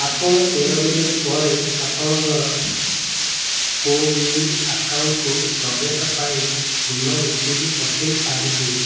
ଆପଣ ତେର ମିନିଟ୍ ପରେ ଆପଣଙ୍କର କୋୱିନ୍ ଆକାଉଣ୍ଟ୍କୁ ପ୍ରବେଶ ପାଇଁ ପୁନଃ ଓ ଟି ପି ପଠେଇ ପାରିବେ